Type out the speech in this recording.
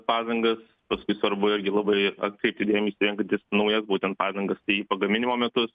padangas paskui svarbu irgi labai atkreipti dėmesį renkantis naujas būtent padangas tai pagaminimo metus